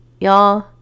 Y'all